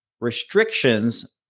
restrictions